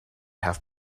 have